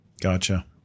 Gotcha